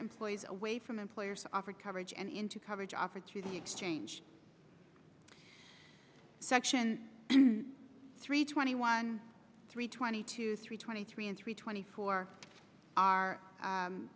employees away from employers offer coverage and into coverage offered to the exchange section three twenty one three twenty two three twenty three and three twenty four